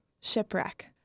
shipwreck